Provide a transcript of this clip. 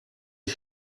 ich